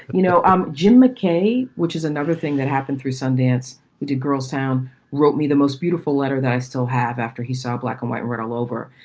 you know, um jim mckay, which is another thing that happened through sundance, who did girl sound wrote me the most beautiful letter that i still have after he saw black and white, red all over.